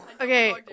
Okay